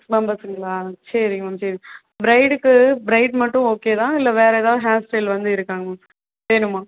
மெம்பர்ஸ்ங்ளா சரி மேம் சரி மேம் ப்ரைடுக்கு ப்ரைட் மட்டும் ஓகேவா இல்லை வேறு ஏதாவது ஹேர் ஸ்டைல் வந்து இருக்கா மேம் வேணுமா